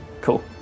Cool